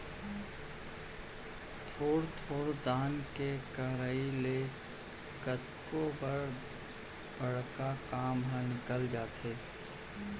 थोर थोर दान के करई ले कतको बर बड़का काम ह निकल जाथे